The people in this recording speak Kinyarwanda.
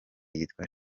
yitwa